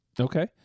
Okay